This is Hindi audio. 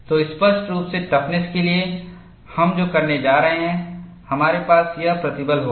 तो स्पष्ट रूप से टफनेस के लिए हम जो करने जा रहे हैं हमारे पास यह प्रतिबल होगा